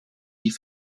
die